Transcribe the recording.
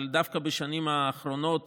אבל דווקא בשנים האחרונות